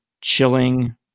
chilling